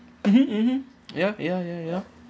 mmhmm mmhmm yup ya ya ya